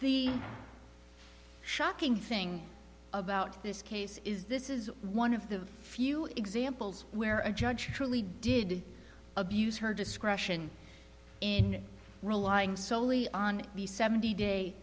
the shocking thing about this case is this is one of the few examples where a judge truly did abuse her discretion in relying solely on the seventy day